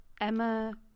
Emma